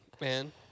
man